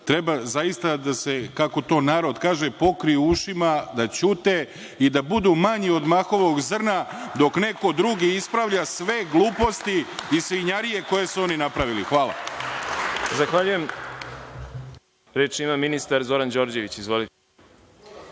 zaista da se, kako to narod kaže, pokriju ušima, da ćute i da budu manji od makovog zrna, dok neko drugi ispravlja sve gluposti i svinjarije koje su oni napravili. Hvala.